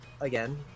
again